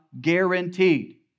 guaranteed